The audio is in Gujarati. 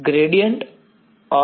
gradient of